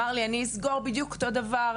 הוא אמר לי שיסגור בדיוק אותו דבר,